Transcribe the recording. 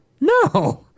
No